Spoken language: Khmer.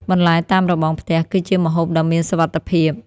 បន្លែតាមរបងផ្ទះ គឺជាម្ហូបដ៏មានសុវត្ថិភាព។